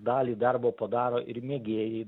dalį darbo padaro ir mėgėjai